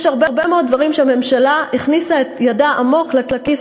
יש הרבה מאוד דברים שבהם הממשלה הכניסה את ידה עמוק לכיס